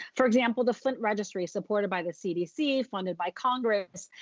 for example, the flint registry, supported by the cdc, funded by congress,